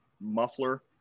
muffler